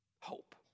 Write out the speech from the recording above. hope